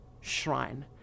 shrine